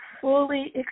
fully